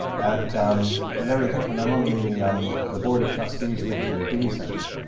at larry hickman, i'm on the um the board of trustees for the dewey center.